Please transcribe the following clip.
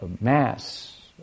mass